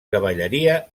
cavalleria